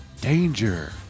danger